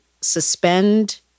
suspend